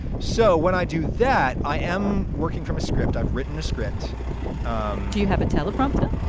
so when i do that, i am working from a script. i've written a script um do you have a teleprompter?